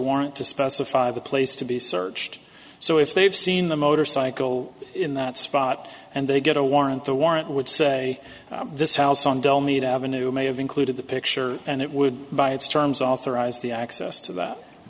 warrant to specify the place to be searched so if they've seen the motorcycle in that spot and they get a warrant the warrant would say this house on don't need avenue may have included the picture and it would by its terms authorize the access to that i